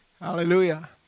Hallelujah